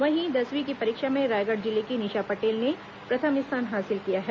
वहीं दसवीं की परीक्षा में रायगढ़ जिले की निशा पटेल ने प्रथम स्थान हासिल किया है